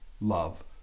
love